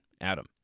Adam